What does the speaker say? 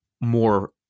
more